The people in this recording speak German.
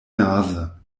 nase